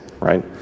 right